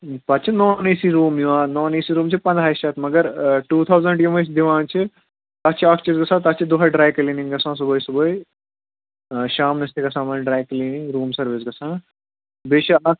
پَتہٕ چھِ non A C room یِوان نان اے سی روٗم چھِ پنٛدہاے شیٚتھ مگر ٹوٗ تھاوزَنٛڈ یِم أسۍ دِوان چھِ تَتھ چھِ اَکھ چیٖز گژھان تَتھ چھِ دۄہے ڈرٛاے کِلیٖنِنٛگ گَژھان صُبحٲے صُبحٲے شامنَس تہِ گَژھان ؤنۍ ڈرٛاے کٕلیٖنِنٛگ روٗم سٔروِس گژھان بیٚیہِ چھِ اَکھ